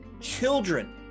children